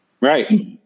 Right